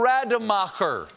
Rademacher